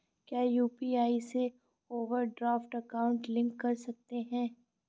क्या यू.पी.आई से overdraft account link कर सकते हैं?